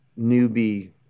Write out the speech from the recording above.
newbie